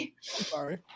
sorry